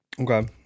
Okay